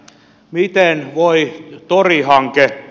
miten voi tori hanke